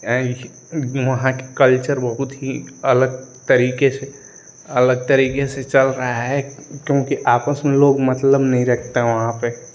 वहाँ के कल्चर बहुत ही अलग तरीके से अलग तरीके से चल रहा है क्योंकि आपस में लोग मतलब नहीं रखते हैं वहाँ पर